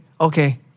okay